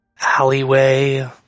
alleyway